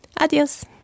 Adios